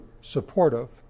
supportive